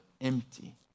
empty